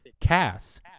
Cass